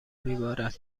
میبارد